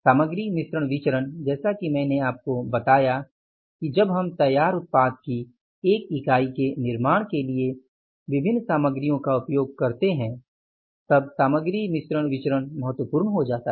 सामग्री मिश्रण विचरण जैसा कि मैंने आपको बताया कि जब हम तैयार उत्पाद की 1 इकाई के निर्माण के लिए विभिन्न सामग्रियों का उपयोग करते हैं तब सामग्री मिश्रण विचरण महत्वपूर्ण हो जाता है